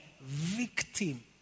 victim